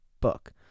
book